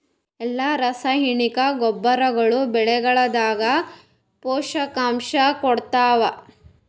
ಎಲ್ಲಾ ರಾಸಾಯನಿಕ ಗೊಬ್ಬರಗೊಳ್ಳು ಬೆಳೆಗಳದಾಗ ಪೋಷಕಾಂಶ ಕೊಡತಾವ?